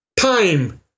time